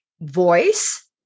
voice